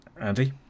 Andy